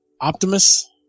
Optimus